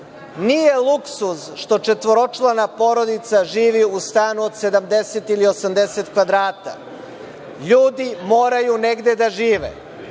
Nije luksuz što četvoročlana porodica živi u stanu od 70 ili 80 kvadrata. LJudi moraju negde da žive.